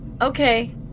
Okay